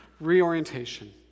reorientation